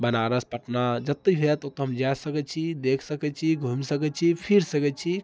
बनारस पटना जतै जाएत ओतऽ हम जाए सकैत छी देखि सकैत छी घुमि सकैत छी फिर सकैत छी